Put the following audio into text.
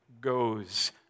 goes